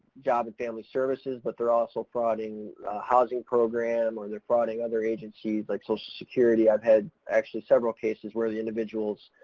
job and family services but they're also frauding a housing program, or they're frauding other agencies, like social security. i've had actually several cases where the individuals,